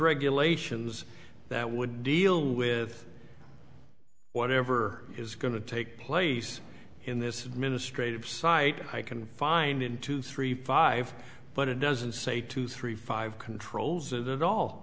regulations that would deal with whatever is going to take place in this administrative site i can find in two three five but it doesn't say two three five controls